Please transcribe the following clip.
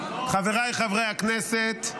חבריי חברי הכנסת,